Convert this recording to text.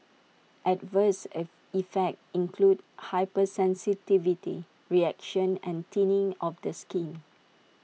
adverse if effects include hypersensitivity reactions and thinning of the skin